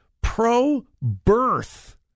Pro-birth